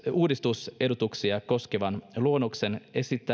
uudistusehdotuksia koskevan luonnoksen